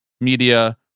media